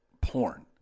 porn